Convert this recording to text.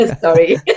Sorry